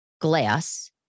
Glass